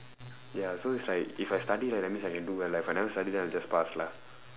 ya so it's like if I study right that means I can do well if I never study then I'll just pass lah